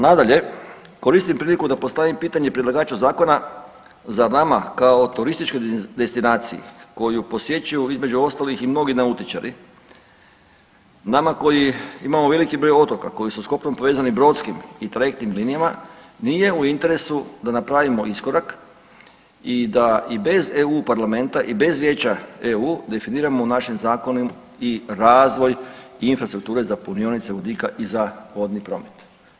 Nadalje, koristim priliku da postavim pitanje predlagaču zakona za nama kao turističkoj destinaciji koju posjećuju između ostalih i mnogi nautičari nama koji imamo veliki broj otoka s koji su kopnom povezani brodskim i trajektnim linijama nije u interesu da napravimo iskorak i da bez EU parlamenta i bez Vijeća EU definiramo u našem zakonu i razvoj infrastrukture za punionice vodika i za vodni promet.